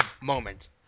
moment